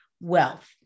wealth